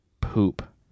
poop